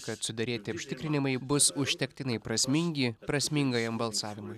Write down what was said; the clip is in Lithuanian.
kad suderėti užtikrinimai bus užtektinai prasmingi prasmingajam balsavimui